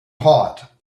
hot